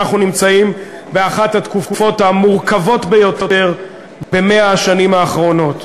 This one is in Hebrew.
אנחנו נמצאים באחת התקופות המורכבות ביותר ב-100 השנים האחרונות.